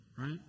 right